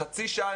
חצי שעה,